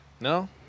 No